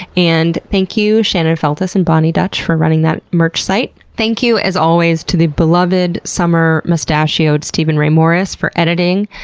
and thank you shannon feltus and boni dutch for running that merch site. thank you as always to the beloved summer mustachioed steven ray morris for editing.